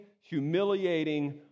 humiliating